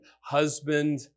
husband